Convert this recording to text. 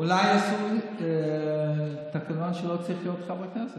אולי יעשו תקנון שלא צריך להיות חברי כנסת